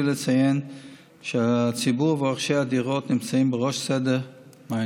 לציין שציבור רוכשי הדירות נמצא בראש מעיינינו.